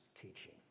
teaching